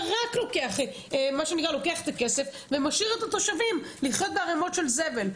רק לוקח את הכסף ומשאיר את התושבים לחיות בערימות של זבל.